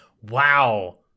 wow